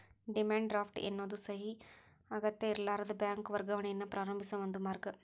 demand draft ಎನ್ನೋದು ಸಹಿ ಅಗತ್ಯಇರ್ಲಾರದ ಬ್ಯಾಂಕ್ ವರ್ಗಾವಣೆಯನ್ನ ಪ್ರಾರಂಭಿಸೋ ಒಂದ ಮಾರ್ಗ